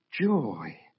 joy